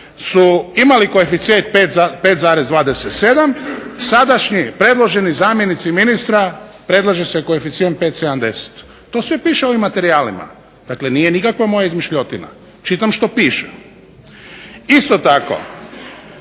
su imali koeficijent 5,27, sadašnji predloženi zamjenici ministra predlaže se koeficijent 5,70. To sve piše u ovim materijalima, dakle nije nikakva moja izmišljotina, čitam što piše. Isto tako